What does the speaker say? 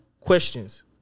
questions